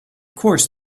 course